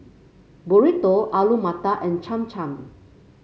Burrito Alu Matar and Cham Cham